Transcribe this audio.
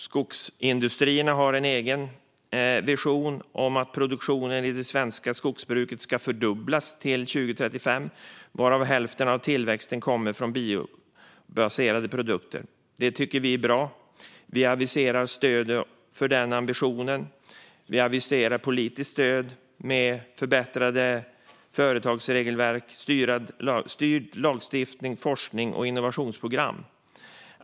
Skogsindustrierna har en egen vision om att produktionen i det svenska skogsbruket ska fördubblas till 2035 och att hälften av tillväxten ska komma från biobaserade produkter. Det tycker vi är bra. Vi aviserar stöd för den ambitionen. Vi aviserar politiskt stöd med förbättrade företagsregelverk, styrd lagstiftning och forsknings och innovationsprogram.